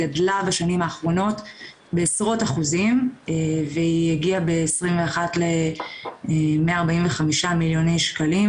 גדלה בשנים האחרונות בעשרות אחוזים והגיעה ב-21 ל-145 מיליוני שקלים